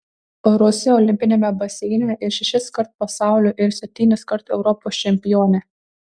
rusė olimpiniame baseine ir šešiskart pasaulio ir septyniskart europos čempionė